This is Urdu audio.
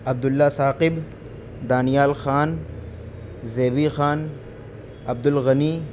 عبداللہ ثاقب دانیال خان زیبی خان عبدالغنی